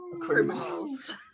criminals